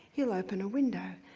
he'll open a window,